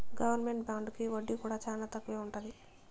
government బాండుకి వడ్డీ కూడా చానా తక్కువే ఉంటది